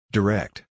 Direct